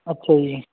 ਅੱਛਾ ਜੀ